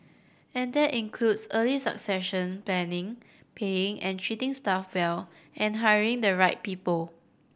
and that includes early succession planning paying and treating staff well and hiring the right people